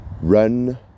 run